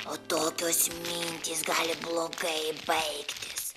o tokios mintys gali blogai baigtis